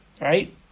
right